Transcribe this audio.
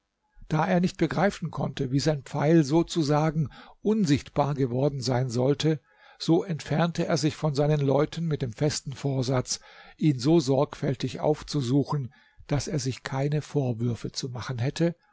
da er nicht begreifen konnte wie sein pfeil sozusagen unsichtbar geworden sein sollte so entfernte er sich von seinen leuten mit dem festen vorsatz ihn so sorgfältig aufzusuchen daß er sich keine vorwürfe zu machen hätte